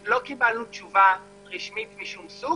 לא קיבלנו תשובה רשמית משום סוג,